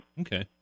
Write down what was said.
Okay